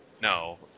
No